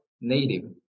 native